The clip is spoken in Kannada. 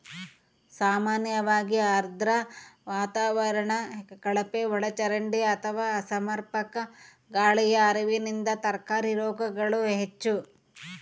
ಸಾಮಾನ್ಯವಾಗಿ ಆರ್ದ್ರ ವಾತಾವರಣ ಕಳಪೆಒಳಚರಂಡಿ ಅಥವಾ ಅಸಮರ್ಪಕ ಗಾಳಿಯ ಹರಿವಿನಿಂದ ತರಕಾರಿ ರೋಗಗಳು ಹೆಚ್ಚು